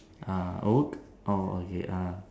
uh oh orh okay uh